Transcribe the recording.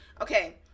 Okay